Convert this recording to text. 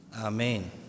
Amen